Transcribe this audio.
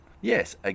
Yes